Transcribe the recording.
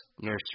Nursery